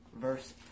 verse